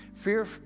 Fear